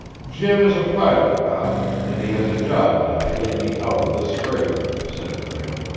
jim is a private cop, and he has a job now to get me out of this scrape, said prale.